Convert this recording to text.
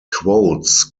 quotes